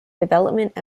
development